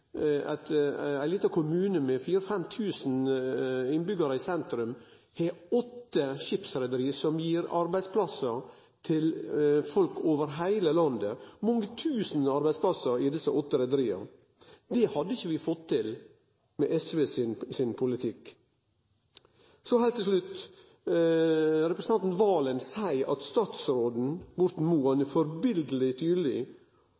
kommune med 4 000–5 000 innbyggjarar i sentrum faktisk har åtte skipsreiarlag som gir arbeidsplassar til folk over heile landet – mange tusen arbeidsplassar i desse åtte reiarlaga. Det hadde ikkje vi fått til med SVs politikk. Så heilt til slutt: Representanten Serigstad Valen seier at